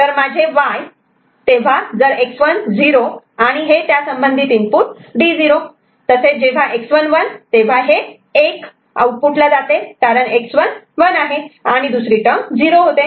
तर हे माझे Y तेव्हा जर X1 0 आणि हे त्यासंबंधित इनपुट D0 तसेच जेव्हा X1 1 तेव्हा हे एक आउटपुट ला जाते कारण X1 1 आणि दुसरी टर्म 0 होते